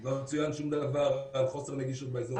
לא צוין שום דבר על חוסר נגישות באזור הזה.